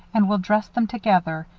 and we'll dress them together.